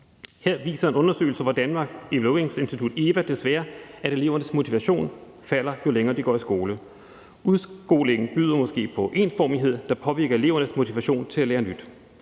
Her viser en undersøgelser fra Danmarks Evalueringsinstitut, EVA, desværre, at elevernes motivation falder, jo længere de går i skole. Udskolingen byder måske på ensformighed, der påvirker elevernes motivation til at lære nyt.